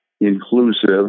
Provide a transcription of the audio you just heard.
inclusive